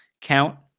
count